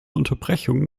unterbrechung